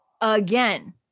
again